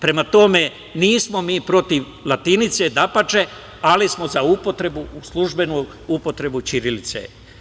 Prema tome, nismo mi protiv latinice, dapače, ali smo za službenu upotrebu ćirilice.